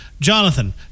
Jonathan